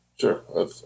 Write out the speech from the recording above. Sure